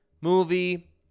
Movie